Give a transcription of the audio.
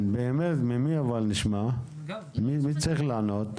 מי צריך לענות על זה?